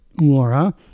Laura